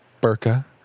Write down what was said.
burka